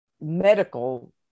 medical